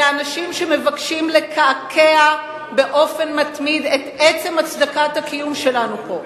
אלה אנשים שמבקשים לקעקע באופן מתמיד את עצם הצדקת הקיום שלנו פה,